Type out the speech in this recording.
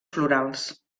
florals